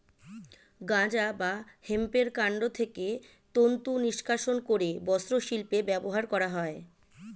গাঁজা বা হেম্পের কান্ড থেকে তন্তু নিষ্কাশণ করে বস্ত্রশিল্পে ব্যবহার করা হয়